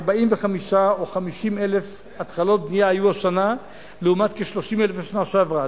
שכ-45,000 או 50,000 התחלות בנייה היו השנה לעומת כ-30,000 בשנה שעברה.